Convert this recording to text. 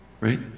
Right